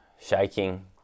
shaking